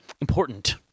important